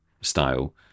style